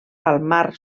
palmar